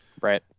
Right